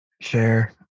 share